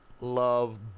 love